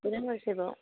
কোনে কৈছে বাৰু